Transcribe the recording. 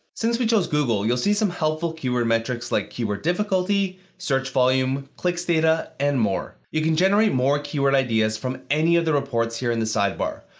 since we chose google, you'll see some helpful keyword metrics like keyword difficulty, search volume, clicks data, and more. you can generate more keyword ideas from any of the reports here in the sidebar,